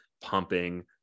pumping